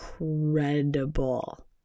incredible